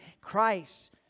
Christ